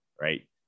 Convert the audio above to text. right